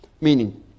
meaning